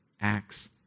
acts